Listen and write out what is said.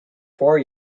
four